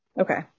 Okay